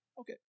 Okay